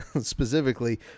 specifically